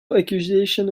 accusation